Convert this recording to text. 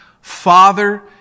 Father